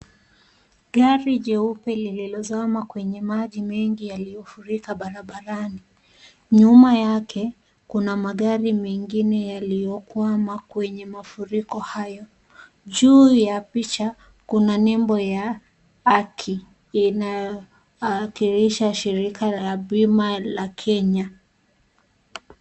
Gari jeupe lililozama kwenye maji mengi yaliyofurika barabarani. Nyuma yake kuna magari mengine yaliyokwama kwenye mafuriko hayo. Juu ya picha kuna nembo ya AKI inayowakilisha shirika la bima la Kenya.